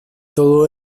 todo